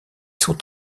sont